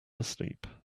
asleep